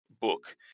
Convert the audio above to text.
book